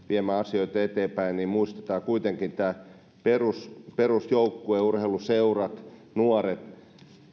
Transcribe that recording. viemään asioita eteenpäin muistetaan kuitenkin tämä perusjoukkue perusjoukkue urheiluseurat nuoret